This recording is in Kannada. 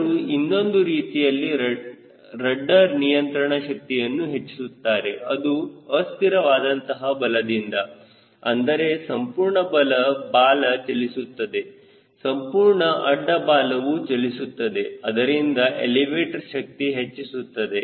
ಜನರು ಇನ್ನೊಂದು ರೀತಿಯಲ್ಲಿ ರಡ್ಡರ್ ನಿಯಂತ್ರಣ ಶಕ್ತಿಯನ್ನು ಹೆಚ್ಚಿಸುತ್ತಾರೆ ಇದು ಅಸ್ಥಿರವಾದಂತಹ ಬಲದಿಂದ ಅಂದರೆ ಸಂಪೂರ್ಣ ಲಂಬ ಬಾಲ ಚಲಿಸುತ್ತದೆ ಸಂಪೂರ್ಣ ಅಡ್ಡ ಬಾಲವು ಚಲಿಸುತ್ತದೆ ಅದರಿಂದ ಎಲಿವೇಟರ್ ಶಕ್ತಿ ಹೆಚ್ಚಿಸುತ್ತದೆ